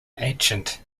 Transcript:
ancient